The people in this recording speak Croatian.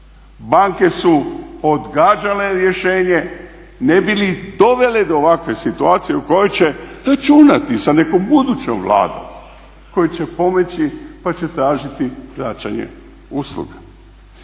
Banke su odgađale rješenje ne bi li dovele do ovakve situacije u kojoj će računati sa nekom budućom vladom koja će pomoći pa će tražiti vraćanje usluga.